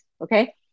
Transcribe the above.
okay